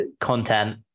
content